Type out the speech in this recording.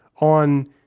on